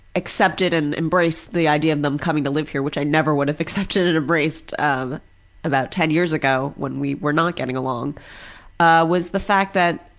accepted and embraced the idea of them coming to live here which i never would have accepted and embraced about ten years ago when we were not getting along was the fact that,